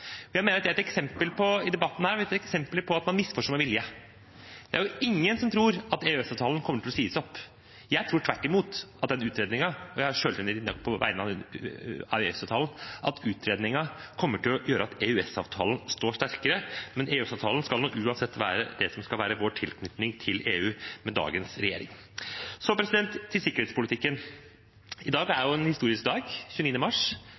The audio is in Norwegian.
Jeg mener at det i denne debatten er eksempler på at man misforstår med vilje. Det er jo ingen som tror at EØS-avtalen kommer til å sies opp. Jeg tror tvert imot – og jeg har selvtillit nok på vegne av EØS-avtalen – at den utredningen kommer til å gjøre at EØS-avtalen står sterkere. EØS-avtalen skal nok uansett være det som er vår tilknytning til EU med dagens regjering. Så til sikkerhetspolitikken. I dag, 29. mars, er en historisk dag.